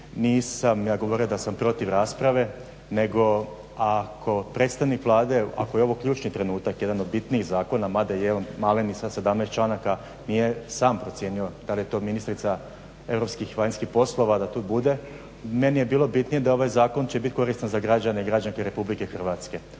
nisam ja govorio da sam protiv rasprave nego ako predstavnik Vlade, ako je ovo ključni trenutak, jedan od bitnijih zakona mada je malen i sa 17 članaka nije sam procijenio da li je to ministrica europskih i vanjskih poslova da tu bude, meni je bilo bitnije da ovaj zakon će bit koristan za građane i građanke Republike Hrvatske.